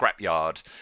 scrapyard